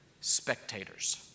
spectators